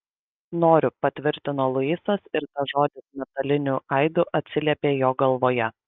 noriu patvirtino luisas ir tas žodis metaliniu aidu atsiliepė jo galvoje